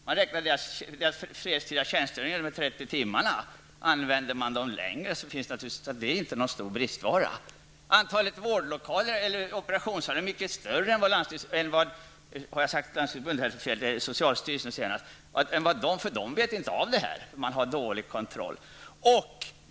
Man räknar med att deras fredstida tjänstgöring är 30 timmar, men använder man dem längre, inser man att det inte råder någon brist på läkare. Antalet operationssalar är mycket större än vad socialstyrelsen har sagt. På socialstyrelsen känner man nämligen inte till detta, därför att man har dålig kontroll.